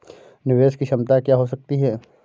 निवेश की क्षमता क्या हो सकती है?